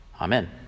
Amen